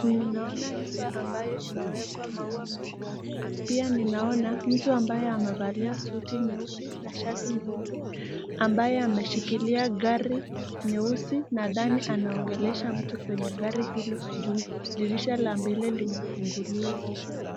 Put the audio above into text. Ninaona nyumba ambayo imewekwa maua nyekundu. Pia ninaona mtu ambaye amevalia suti nyeusi na shati nyeupe ambaye ameshikilia gari nyeusi na ndani anaongelesha mtu kwenye gari hilo juu dirisha la mbele limefunguliwa.